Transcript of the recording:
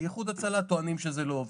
איחוד הצלה טוענים שזה לא עובד,